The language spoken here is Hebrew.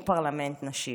ופרלמנט נשים,